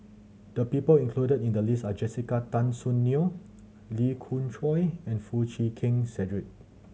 the people included in the list are Jessica Tan Soon Neo Lee Khoon Choy and Foo Chee Keng Cedric